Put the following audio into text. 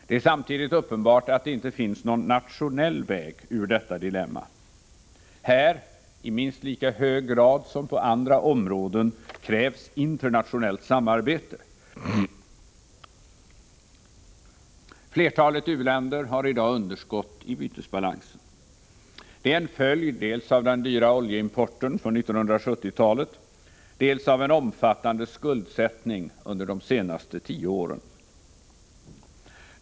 Det är samtidigt uppenbart att det inte finns någon nationell väg ur detta dilemma. Här, i minst lika hög grad som på andra områden, krävs internationellt samarbete. Flertalet u-länder har i dag underskott i bytesbalansen. Det är en följd dels av den dyra oljeimporten under 1970-talet, dels av en omfattande skuldsättning under de senaste tio åren.